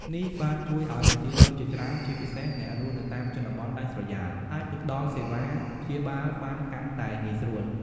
នេះបានជួយឱ្យប្រជាជនជាច្រើន ជាពិសេសអ្នករស់នៅតាមជនបទដាច់ស្រយាល អាចទៅដល់សេវាព្យាបាលបានកាន់តែងាយស្រួល។